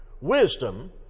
Wisdom